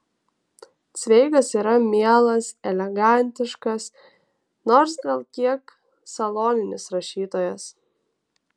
cveigas yra mielas elegantiškas nors gal kiek saloninis rašytojas